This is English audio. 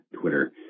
Twitter